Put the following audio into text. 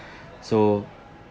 so